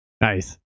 Nice